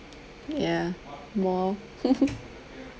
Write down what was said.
ya more